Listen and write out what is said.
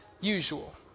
usual